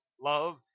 love